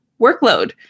workload